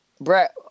Brett